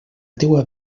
teua